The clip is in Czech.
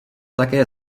také